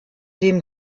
dem